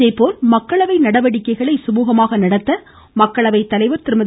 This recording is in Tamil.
இதேபோல் மக்களவை நடவடிக்கைகளை சுமூகமாக நடத்த மக்களவைத் தலைவர் திருமதி